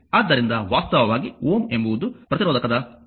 ಆದ್ದರಿಂದ ವಾಸ್ತವವಾಗಿ Ω ಎಂಬುದು ಪ್ರತಿರೋಧಕದ ಯೂನಿಟ್ ಆಗಿದೆ